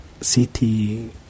City